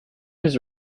his